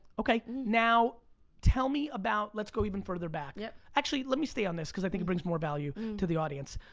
okay now tell me about, let's go even further back, yeah actually let me stay on this, cause i think it brings more value to the audience.